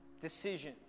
decision